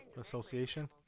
Association